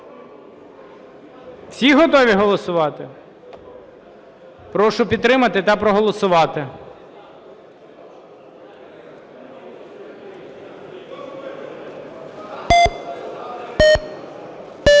Всі готові голосувати? Прошу підтримати та проголосувати.